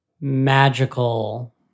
magical